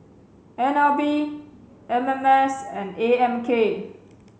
N L B M M S and A M K